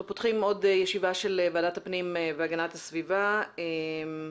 אנחנו פותחים עוד ישיבה של ועדת הפנים והגנת הסביבה בנושא